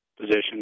position